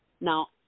Now